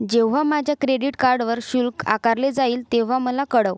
जेव्हा माझ्या क्रेडिट कार्डवर शुल्क आकारले जाईल तेव्हा मला कळव